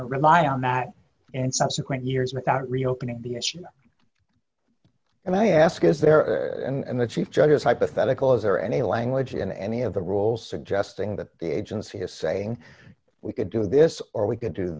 rely on that in subsequent years without reopening the issue and i ask is there and the chief judge is hypothetical is there any language in any of the rules suggesting that the agency is saying we could do this or we could do